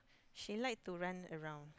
she like to run around